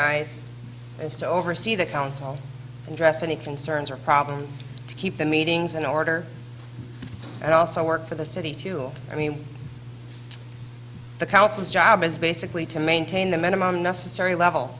eyes as to oversee the council and dress any concerns or problems to keep the meetings in order and also work for the city to i mean the council's job is basically to maintain the minimum necessary level